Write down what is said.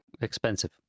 Expensive